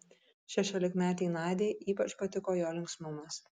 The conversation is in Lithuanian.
šešiolikmetei nadiai ypač patiko jo linksmumas